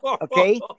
okay